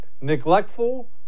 neglectful